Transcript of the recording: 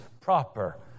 proper